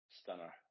Stunner